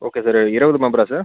okay sir இருபது மெம்பரா sir